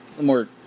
more